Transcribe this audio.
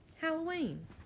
Halloween